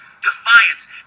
Defiance